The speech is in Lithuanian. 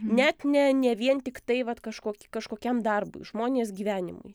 net ne ne vien tiktai vat kažkokį kažkokiam darbui žmonės gyvenimui